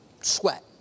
sweat